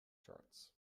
charts